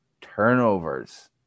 turnovers